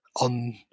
on